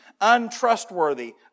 untrustworthy